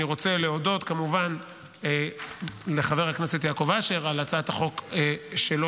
אני רוצה להודות כמובן לחבר הכנסת יעקב אשר על הצעת חוק שלו,